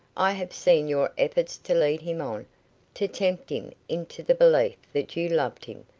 i have seen your efforts to lead him on to tempt him into the belief that you loved him,